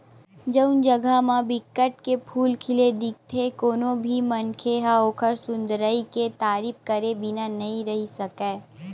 जउन जघा म बिकट के फूल खिले दिखथे कोनो भी मनखे ह ओखर सुंदरई के तारीफ करे बिना नइ रहें सकय